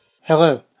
Hello